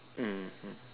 mmhmm